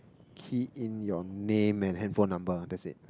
K in your name and handphone number that's it